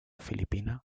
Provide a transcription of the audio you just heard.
filipina